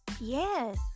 yes